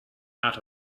out